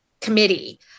committee